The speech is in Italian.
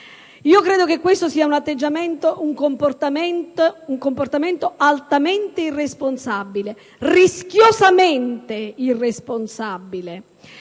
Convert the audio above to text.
Io credo che questo sia un comportamento altamente irresponsabile, rischiosamente irresponsabile.